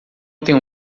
tenho